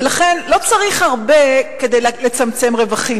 ולכן, לא צריך הרבה כדי לצמצם רווחים.